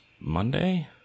Monday